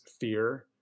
fear